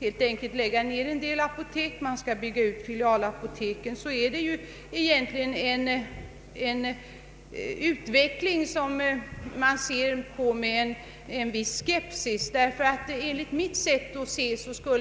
helt enkelt lägga ner en del apotek och bygga ut filialapoteken, har man anledning att se på denna utveckling med en viss oro.